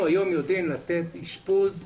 אנחנו היום יודעים לתת אשפוז בבית.